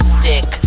sick